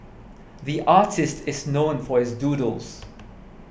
the artist is known for his doodles